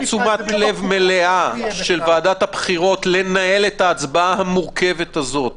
תשומת לב מלאה של ועדת הבחירות לנהל את הבחירות את ההצבעה המורכבת הזו,